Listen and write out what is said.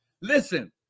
Listen